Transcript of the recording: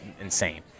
insane